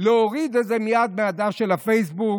להוריד את זה מייד מדף הפייסבוק.